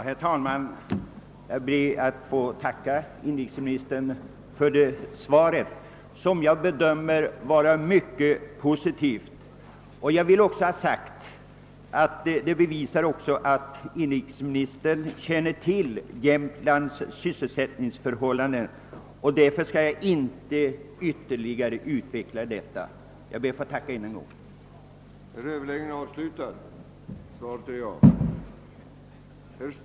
Herr talman! Jag ber att få tacka inrikesministern för svaret, som jag bedömer som mycket positivt. Svaret bevisar att inrikesministern känner till Jämtlands '§ysselsättningsförhållanden, och därför skall jag inte ytterligare utveckla saken. Jag tackar än en gång för svaret.